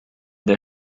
der